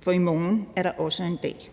For i morgen er der også en dag,